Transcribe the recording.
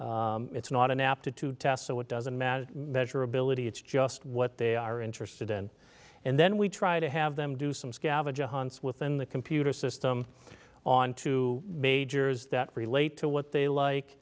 it's not an aptitude test so it doesn't matter measurability it's just what they are interested in and then we try to have them do some scavenger hunts within the computer system onto majors that relate to what they